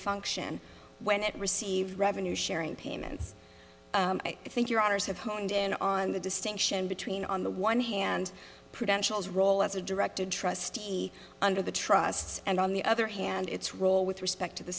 function when it receives revenue sharing payments i think your honour's have honed in on the distinction between on the one hand prudential's role as a directed trustee under the trusts and on the other hand its role with respect to the